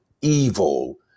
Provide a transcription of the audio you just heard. evil